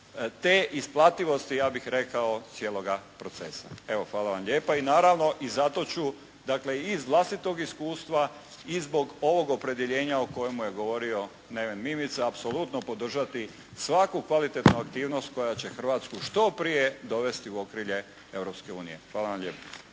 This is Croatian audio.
te isplativosti ja bih rekao cijeloga procesa. Evo, hvala vam lijepa i naravno i zato ću dakle i iz vlastitog iskustva i zbog ovog opredjeljenja o kojemu je govorio Neven Mimica apsolutno podržati svaku kvalitetnu aktivnost koja će Hrvatsku što prije dovesti u okrilje Europske unije. Hvala vam lijepa.